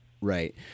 Right